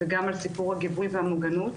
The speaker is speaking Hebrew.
וגם על סיפור הגיבוי והמוגנות.